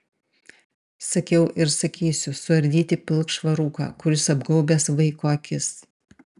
sakiau ir sakysiu suardyti pilkšvą rūką kuris apgaubęs vaiko akis